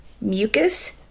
mucus